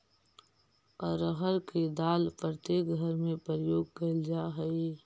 अरहर के दाल प्रत्येक घर में प्रयोग कैल जा हइ